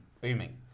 booming